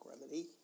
remedy